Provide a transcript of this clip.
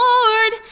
Lord